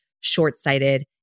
short-sighted